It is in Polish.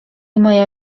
moja